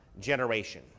generation